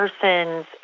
person's